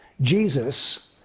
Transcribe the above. Jesus